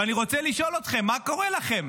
ואני רוצה לשאול אתכם: מה קורה לכם?